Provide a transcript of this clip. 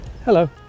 Hello